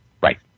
Right